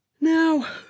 Now